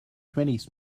twenties